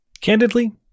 Candidly